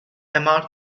among